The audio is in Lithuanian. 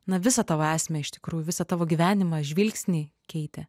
na visą tavo esmę iš tikrųjų visą tavo gyvenimą žvilgsnį keitė